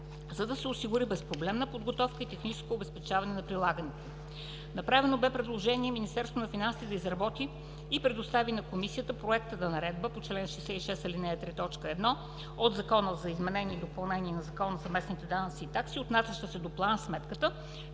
за да се осигури безпроблемна подготовка и техническо обезпечаване на прилагането им. Направено бе предложение Министерството на финансите да изработи и предостави на Комисията проекта на Наредба по чл. 66, ал. 3, т. 1 от Закона за изменение и допълнение на Закона за местните данъци и такси, отнасяща се до план-сметката,